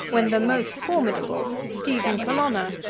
when the most formidable, stephen colonna,